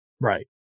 Right